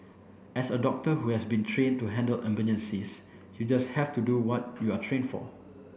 as a doctor who has been trained to handle emergencies you just have to do what you are trained for